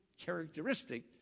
characteristic